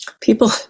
People